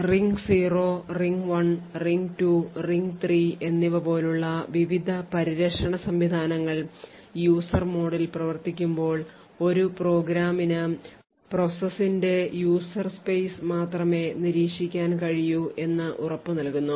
ring 0 ring 1 ring 2 ring 3 എന്നിവ പോലുള്ള വിവിധ പരിരക്ഷണ സംവിധാനങ്ങൾ user മോഡിൽ പ്രവർത്തിക്കുമ്പോൾ ഒരു പ്രോഗ്രാമിന് പ്രോസസിന്റെ user space മാത്രമേ നിരീക്ഷിക്കാൻ കഴിയൂ എന്ന് ഉറപ്പുനൽകുന്നു